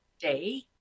day